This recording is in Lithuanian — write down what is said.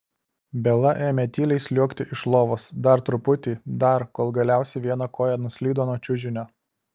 bela ėmė tyliai sliuogti iš lovos dar truputį dar kol galiausiai viena koja nuslydo nuo čiužinio